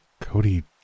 Cody